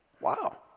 wow